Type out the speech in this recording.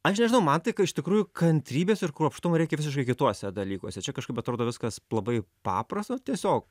aš nežinau man tai ką iš tikrųjų kantrybės ir kruopštumo reikia visiškai kituose dalykuose čia kažkaip atrodo viskas labai paprasta tiesiog